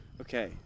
Okay